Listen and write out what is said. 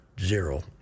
zero